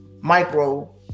micro